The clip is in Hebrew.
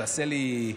שתעשה לי,